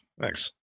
Thanks